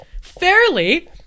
fairly